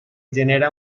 genera